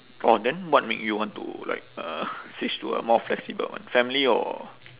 orh then what made you want to like uh switch to a more flexible one family or